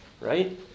right